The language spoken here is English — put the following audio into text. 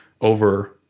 over